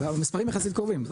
אבל המספרים יחסית קרובים.